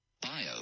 Bio